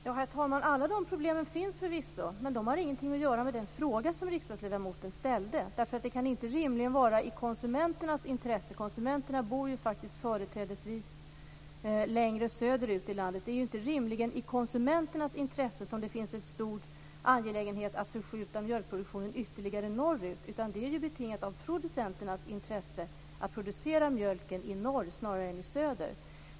Herr talman! Alla dessa problem finns förvisso. Men de har ingenting att göra med den fråga som riksdagsledamoten ställde, eftersom detta rimligen inte kan vara i konsumenternas intresse. Konsumenterna bor ju faktiskt företrädesvis längre söderut i landet. Det är därför inte rimligen i konsumenternas intresse som det är angeläget att förskjuta mjölkproduktionen ytterligare norrut, utan det är betingat av producenternas intresse att producera mjölken i norr snarare än i söder.